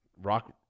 Rock